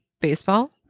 baseball